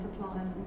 suppliers